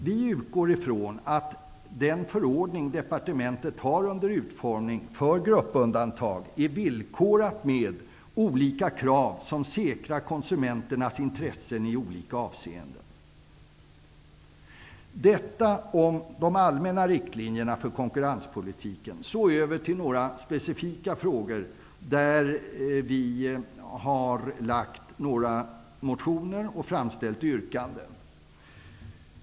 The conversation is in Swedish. Vi utgår från att den förordning som departementet har under utformning för gruppundantag är villkorat med olika krav som säkrar konsumenternas intressen i olika avseenden. Detta om de allmänna riktlinjerna för konkurrenspolitiken. Jag skall sedan övergå till några specifika frågor där vi i Ny demokrati har väckt några motioner och framställt yrkanden.